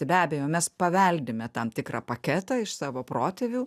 tai be abejo mes paveldime tam tikrą paketą iš savo protėvių